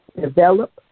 develop